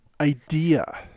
idea